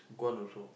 gone also